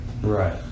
Right